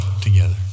together